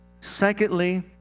Secondly